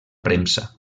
premsa